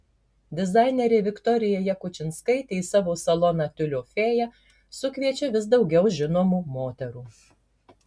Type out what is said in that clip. dizainerė viktorija jakučinskaitė į savo saloną tiulio fėja sukviečia vis daugiau žinomų moterų